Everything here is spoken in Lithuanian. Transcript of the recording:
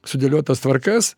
sudėliotas tvarkas